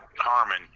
Harmon